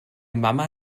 mama